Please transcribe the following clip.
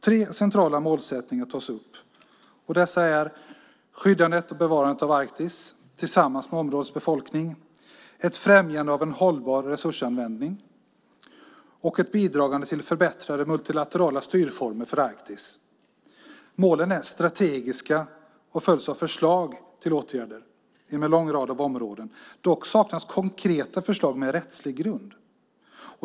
Tre centrala målsättningar tas upp, och dessa är: skyddandet och bevarandet av Arktis, tillsammans med områdets befolkning, ett främjande av en hållbar resursanvändning och ett bidragande till förbättrade multilaterala styrformer för Arktis. Målen är strategiska och följs av förslag till åtgärder inom en lång rad av områden. Dock saknas konkreta förslag med rättslig grund.